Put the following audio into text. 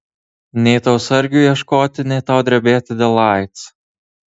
nei tau sargių ieškoti nei tau drebėti dėl aids